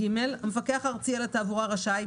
(ג) המפקח הארצי על התעבורה רשאי,